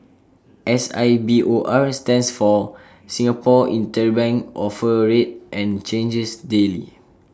S I B O R stands for Singapore interbank offer rate and changes daily